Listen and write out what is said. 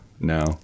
No